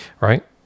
Right